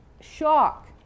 shock